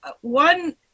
One